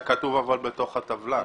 זה כתוב בתוך בטבלה.